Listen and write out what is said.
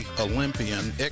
Olympian